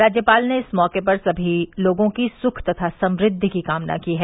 राज्यपाल ने इस मौके पर सभी लोगों की सुख तथा समृद्वि की कामना की है